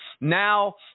Now